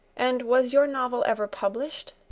and was your novel ever published?